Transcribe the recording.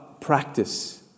practice